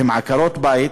והן עקרות-בית,